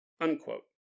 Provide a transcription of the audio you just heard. Unquote